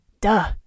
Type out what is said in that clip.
duh